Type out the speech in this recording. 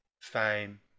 fame